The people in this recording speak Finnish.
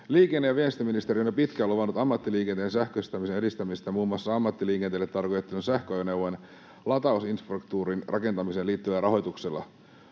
Liikenne‑ ja viestintäministeriö on jo pitkään luvannut ammattiliikenteen sähköistämisen edistämistä muun muassa ammattiliikenteelle tarkoitettujen sähköajoneuvojen latausinfrastruktuurin rakentamiseen liittyvällä rahoituksella.